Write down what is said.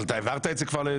אבל אתה העברת את זה כבר.